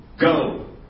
Go